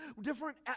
different